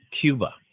Cuba